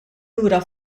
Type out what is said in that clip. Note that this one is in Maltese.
lura